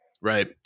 right